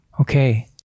Okay